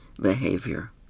behavior